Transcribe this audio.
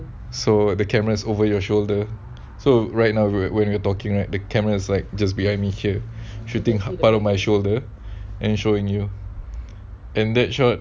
so the cameras over your shoulder so right now when you're talking right the cameras like just behind me here shooting the part of my shoulder and showing you and that shot